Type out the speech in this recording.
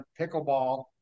Pickleball